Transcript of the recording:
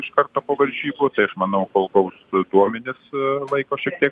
iš karto po varžybų tai aš manau kol gaus duomenis laiko šiek tiek